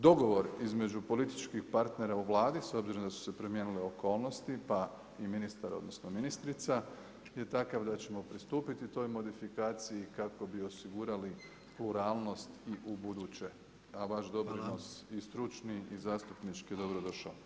Dogovor između političkih partnera u Vladi s obzirom da su se promijenile okolnosti, pa i ministar, odnosno ministrica je takav da ćemo pristupiti toj modifikaciji kako bi osigurali pluralnost i u buduće, a vaš doprinos i stručni i zastupnički je dobro došao.